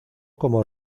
como